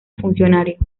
funcionario